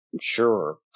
sure